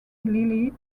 lilly